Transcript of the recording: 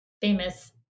famous